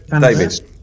David